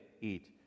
eat